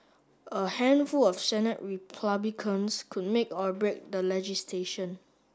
a handful of Senate Republicans could make or break the legislation